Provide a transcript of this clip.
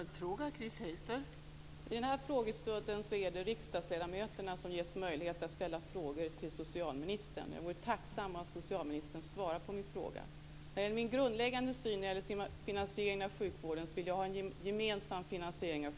Fru talman! I den här frågestunden är det riksdagsledamöterna som ges möjlighet att ställa frågor till socialministern. Jag vore tacksam om socialministern svarade på min fråga. Min grundläggande syn på finansieringen av sjukvården är att vi ska ha en gemensam finansiering.